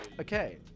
Okay